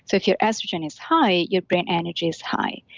if your estrogen is high, your brain energy is high.